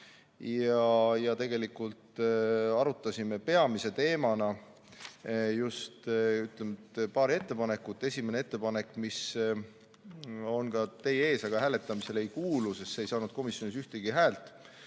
Tegelikult arutasime peamise teemana just paari ettepanekut. Esimene ettepanek, mis on ka teie ees, aga mis hääletamisele ei kuulu, sest see ei saanud komisjonis ühtegi poolthäält,